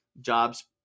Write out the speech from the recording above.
jobs